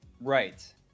right